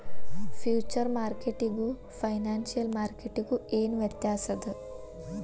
Future ಮಾರ್ಕೆಟಿಗೂ financial ಮಾರ್ಕೆಟಿಗೂ ಏನ್ ವ್ಯತ್ಯಾಸದ?